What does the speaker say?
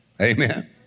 Amen